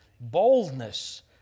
Boldness